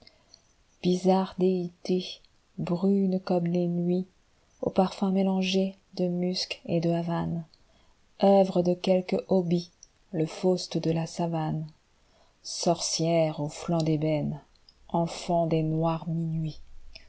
bizarre déité brune comme les nuits au parfum mélangé de musc et de havane œuvre de quelque obi le faust de la savane sorcière au flanc d'ébène enfant des noirs minuits